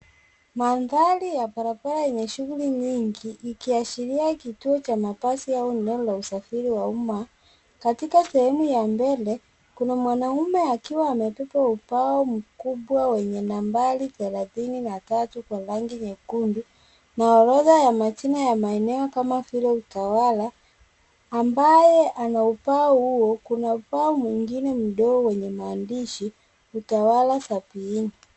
Mandhari ya barabara ina shughuli nyingi ikiashiria kituo cha mabasi au eneo la usafiri wa umma. Katika sehemu ya mbele, kuna mwanaume akiwa amebeba ubao mkubwa wenye nambari thelathini na tatu kwa rangi nyekundu na orodha ya majina ya maeneo kama vile Utawala ambaye anaubao huo kuna ubao mwengine mdogo wenye mandishi Utawala sabiini.